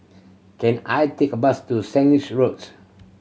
can I take a bus to Sandwich Road